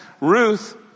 Ruth